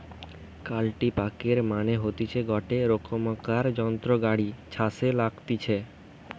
কাল্টিপ্যাকের মানে হতিছে গটে রোকমকার যন্ত্র গাড়ি ছাসে লাগতিছে